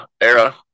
Era